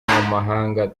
mahanga